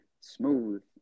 smooth